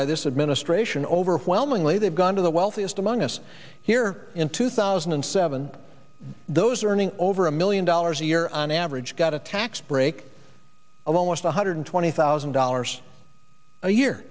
by this administration over whelming lee they've gone to the wealthiest among us here in two thousand and seven those earning over a million dollars a year on average got a tax break of almost one hundred twenty thousand dollars a year